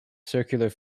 circular